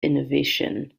innovation